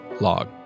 log